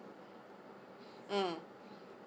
mm